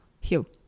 hill